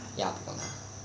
ya 管他